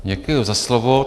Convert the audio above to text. Děkuji za slovo.